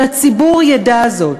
שהציבור ידע זאת.